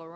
m